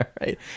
right